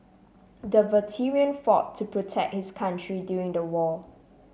the veteran fought to protect his country during the war